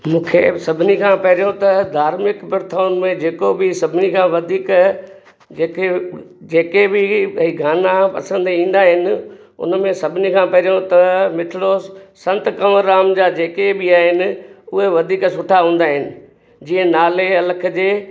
मूंखे सभिनी खां पहिरियों त धार्मिक प्रथाउनि में जेको बि सभिनी खां वधीक जेके जेके बि भई गाना पसंदि ईंदा आहिनि उन्हनि में सभिनी खां पहिरियों त मिठिड़ो संतु कंवरराम जा जेके बि आहिनि उहे वधीक सुठा हूंदा आहिनि जीअं नाले अलख जे